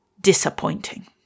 disappointing